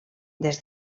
les